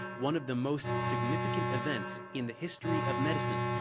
one of the most significant events in the history of medicine,